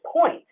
point